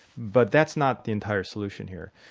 but that's not the entire solution here.